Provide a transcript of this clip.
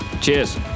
Cheers